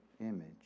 image